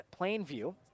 Plainview